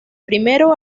primero